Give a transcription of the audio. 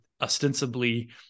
ostensibly